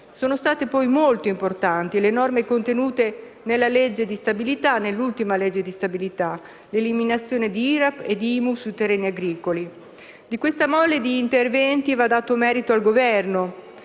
Sono state, poi, molto importanti le norme contenute nell'ultima legge di stabilità: l'eliminazione di IRAP e IMU sui terreni agricoli. Di questa mole di interventi va dato merito al Governo,